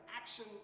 action